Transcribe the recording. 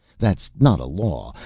that's not a law,